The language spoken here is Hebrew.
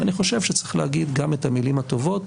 ואני חושב שצריך להגיד גם את המילים הטובות,